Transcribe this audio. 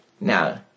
Now